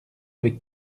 avec